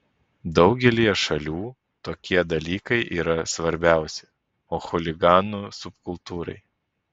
daugelyje šalių tokie dalykai yra svarbiausi o chuliganų subkultūrai